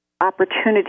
opportunity